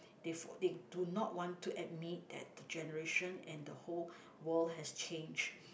they f~ they do not want to admit that the generation and the whole world has changed